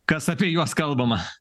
kas apie juos kalbama